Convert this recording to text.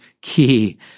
key